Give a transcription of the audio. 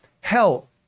Hell